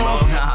no